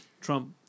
trump